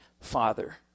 father